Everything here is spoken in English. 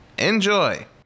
enjoy